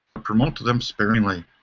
but promote to them sparingly.